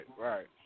right